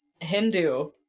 Hindu